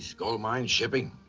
gold mine, shipping.